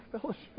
Fellowship